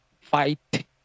Fight